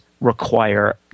require